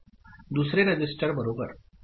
दुसरे रजिस्टर बरोबर